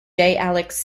alex